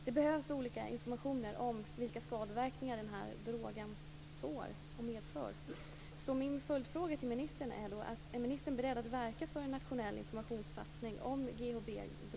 Det behövs olika slags information om vilka skadeverkningar den här drogen medför.